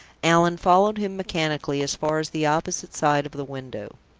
allan followed him mechanically as far as the opposite side of the window.